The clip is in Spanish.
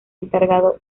encargado